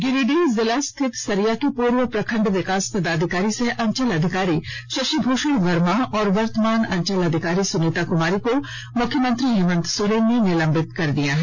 गिरिडीह जिला स्थित सरिया के पूर्व प्रखंड विकास पदाधिकारी सह अंचल अधिकारी शशिभूषण वर्मा और वर्तमान अंचल अधिकारी सुनीता कुमारी को मुख्यमंत्री हेमंत सोरेन ने निलंबित कर दिया है